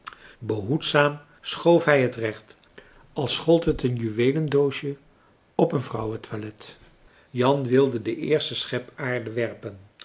behoedzaam schoof hij het recht als gold het een juweelendoosje op een vrouwen toilet jan wilde de eerste schep aarde werpen